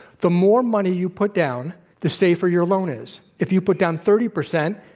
the more money you put down the safer your loan is. if you put down thirty percent,